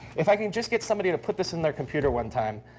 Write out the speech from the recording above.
if i can just get somebody to put this in their computer one time,